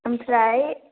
आमफ्राय